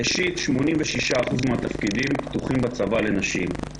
ראשית, 86% מן התפקידים בצבא פתוחים לנשים.